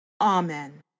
Amen